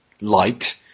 light